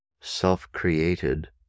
self-created